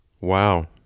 Wow